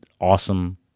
awesome